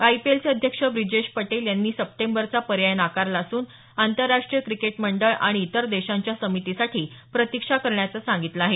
आयपीएलचे अध्यक्ष ब्रिजेश पटेल यांनी सप्टेंबरचा पर्याय नाकारला नसून आंतरराष्ट्रीय क्रिकेट मंडळ आणि इतर देशांच्या समितीसाठी प्रतीक्षा करण्याचं सांगितलं आहे